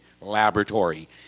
Laboratory